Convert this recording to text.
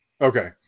Okay